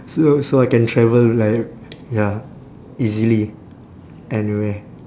so so I can travel like ya easily anywhere